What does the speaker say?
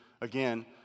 again